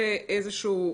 זו איזושהי